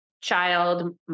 child